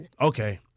okay